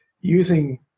using